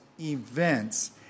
events